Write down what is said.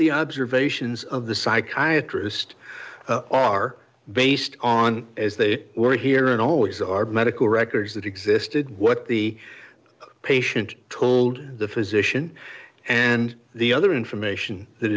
the observations of the psychiatry hoost are based on as they were here and always are medical records that existed what the patient told the physician and the other information that